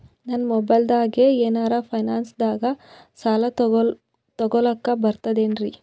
ನಾ ಮೊಬೈಲ್ದಾಗೆ ಏನರ ಫೈನಾನ್ಸದಾಗ ಸಾಲ ತೊಗೊಲಕ ಬರ್ತದೇನ್ರಿ?